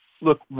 look